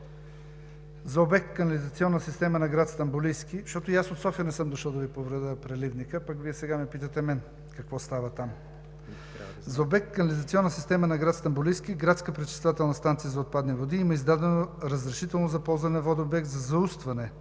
За обект „Канализационна система“ на град Стамболийски – Градска пречиствателна станция за отпадни води, има издадено разрешително за ползване на воден обект за заустване